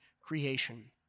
creation